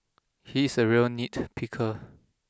he's a real nitpicker